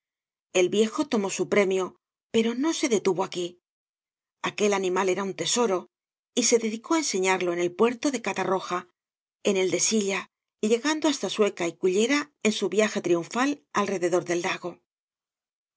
el viejo tomó eu premio pero no se detuvo aquí aquel animal era un tesoro y se dedicó á enseñarlo en el puerto de catarroja en el de silla llegando hasta sueca y cullera en su viaje triunfal alrededor del lago